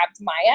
Maya